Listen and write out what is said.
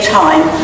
time